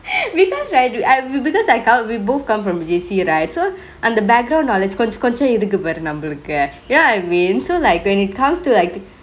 because right dude because I come we both come from J_C right so அந்த:anthe background knowledge கொஞ்சொ கொஞ்சொ இருக்குபாரு நம்மலுக்கு:konjo konjo irukku paaru nammaluku you know what I mean so like when it comes to like